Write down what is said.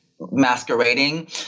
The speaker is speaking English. masquerading